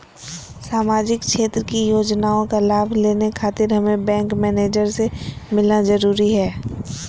सामाजिक क्षेत्र की योजनाओं का लाभ लेने खातिर हमें बैंक मैनेजर से मिलना जरूरी है?